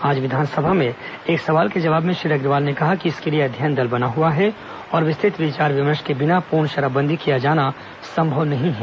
आज विधानसभा में एक सवाल के जवाब में श्री अग्रवाल ने कहा कि इसके लिए अध्ययन दल बना हुआ है और विस्तृत विचार विमर्श के बिना पूर्ण शराब बंदी किया जाना संभव नहीं है